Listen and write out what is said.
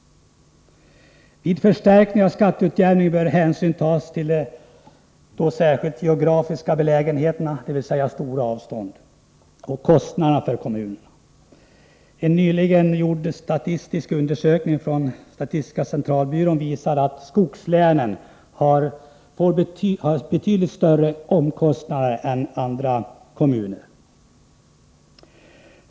Vid förstärkning av skatteutjämningen bör hänsyn tas till särskilt geografisk belägenhet, dvs. stora avstånd, och kommunernas kostnader. En statistisk undersökning som statistiska centralbyrån nyligen gjort visar att skogslänen har betydligt större omkostnader än andra kommuner.